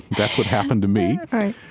that's what happened to me.